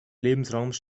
lebensraums